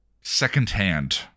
second-hand